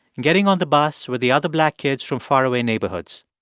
and getting on the bus with the other black kids from faraway neighborhoods.